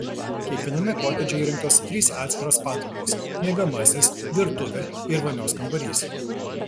kiekviename kotedže įrengtos trys atskiros patalpos miegamasis virtuvė ir vonios kambarys